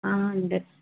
ആ ഉണ്ട്